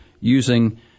using